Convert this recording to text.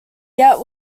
yet